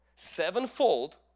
sevenfold